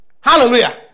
Hallelujah